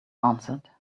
answered